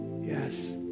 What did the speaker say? Yes